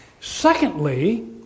Secondly